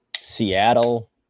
Seattle